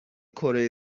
کره